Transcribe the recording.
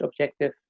objective